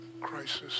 crisis